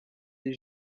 des